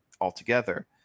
altogether